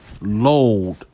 load